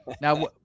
now